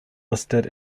listed